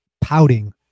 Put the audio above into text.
pouting